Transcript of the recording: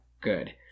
good